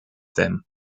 them